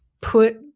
put